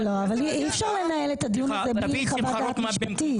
אי אפשר לנהל את הדיון הזה בלי חוות דעת משפטית.